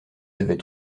devait